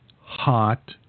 hot